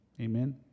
amen